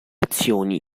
azioni